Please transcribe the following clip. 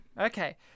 Okay